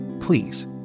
Please